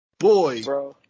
Boy